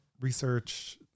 research